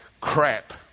crap